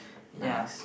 ya